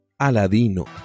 Aladino